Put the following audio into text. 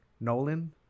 Nolan